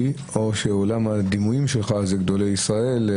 או שעולם הדימויים שלך זה גדולי ישראל.